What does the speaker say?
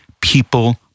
people